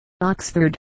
Oxford